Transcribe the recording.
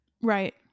Right